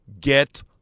get